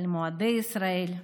על מועדי ישראל.